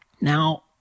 Now